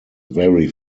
very